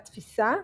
בתפיסה,